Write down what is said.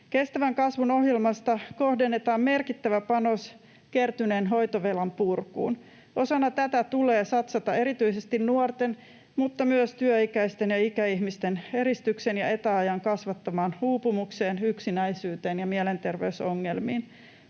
Kestävän kasvun ohjelmasta kohdennetaan merkittävä panos kertyneen hoitovelan purkuun. Osana tätä tulee satsata erityisesti nuorten mutta myös työikäisten ja ikäihmisten eristyksen ja etäajan kasvattamaan uupumukseen, yksinäisyyteen ja mielenterveysongelmiin.